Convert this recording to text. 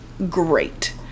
great